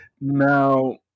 Now